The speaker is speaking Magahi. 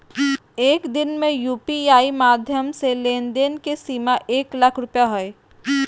एक दिन में यू.पी.आई माध्यम से लेन देन के सीमा एक लाख रुपया हय